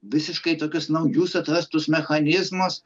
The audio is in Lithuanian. visiškai tokius naujus atrastus mechanizmus